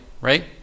right